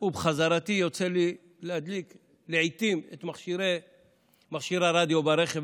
ובחזרתי יוצא לי להדליק לעיתים את מכשיר הרדיו ברכב,